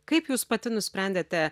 kaip jūs pati nusprendėte